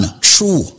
True